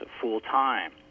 full-time